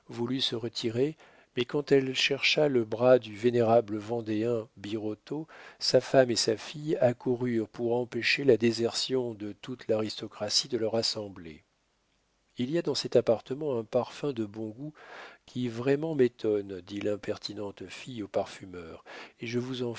voulut se retirer mais quand elle chercha le bras du vénérable vendéen birotteau sa femme et sa fille accoururent pour empêcher la désertion de toute l'aristocratie de leur assemblée il y a dans cet appartement un parfum de bon goût qui vraiment m'étonne dit l'impertinente fille au parfumeur et je vous en